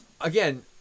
again